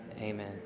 amen